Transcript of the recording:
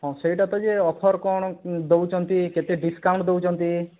ହଁ ସେଇଟା ତ ଯେ ଅଫର କଣ ଦେଉଛନ୍ତି କେତେ ଡିସକାଉଣ୍ଟ ଦେଉଛନ୍ତି